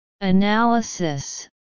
Analysis